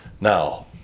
now